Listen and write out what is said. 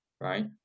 right